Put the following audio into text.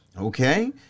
Okay